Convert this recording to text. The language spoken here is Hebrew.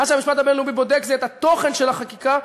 מה שהמשפט הבין-לאומי בודק זה את התוכן של החקיקה,